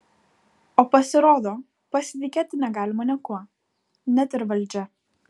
o pasirodo pasitikėti negalima niekuo net ir valdžia